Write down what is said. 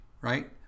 right